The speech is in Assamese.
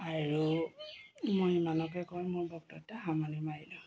আৰু মই ইমানকে কয় মোৰ বক্তৃতা এটা সামৰণি মাৰিলোঁ